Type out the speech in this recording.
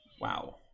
Wow